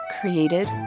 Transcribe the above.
created